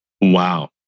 Wow